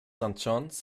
john’s